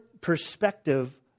perspective